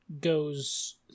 goes